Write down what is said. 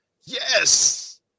Yes